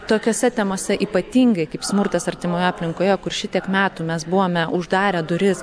tokiose temose ypatingai kaip smurtas artimoje aplinkoje kur šitiek metų mes buvome uždarę duris